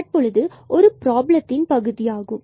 தற்பொழுது இது ஒரு பிராபலத்தின் பகுதியாகும்